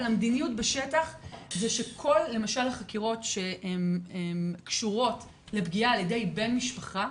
אבל המדיניות בשטח זה שלמשל החקירות שקשורות לפגיעה על ידי בן משפחה,